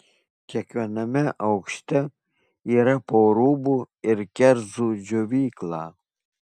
kiekviename aukšte yra po rūbų ir kerzų džiovyklą